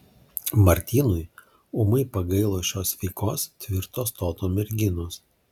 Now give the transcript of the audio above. martynui ūmai pagailo šios sveikos tvirto stoto merginos